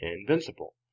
invincible